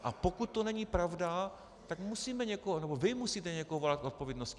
A pokud to není pravda, tam musíme někoho, nebo vy musíte někoho volat k odpovědnosti.